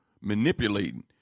manipulating